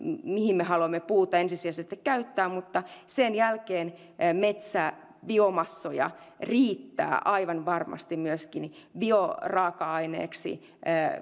mihin me haluamme puuta ensisijaisesti käyttää mutta sen jälkeen metsäbiomassoja riittää aivan varmasti myöskin bioraaka aineeksi